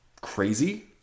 crazy